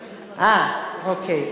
אה, אוקיי.